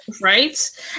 Right